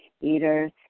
eaters